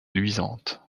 luisante